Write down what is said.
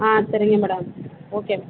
ஆ சரிங்க madam okay